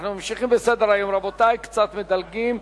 אנחנו ממשיכים בסדר-היום, רבותי, קצת מדלגים.